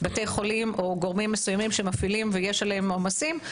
בתי חולים או גורמים מסוימים שמפעילים ויש עליהם עומסים,